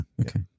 okay